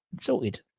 sorted